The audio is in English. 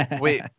Wait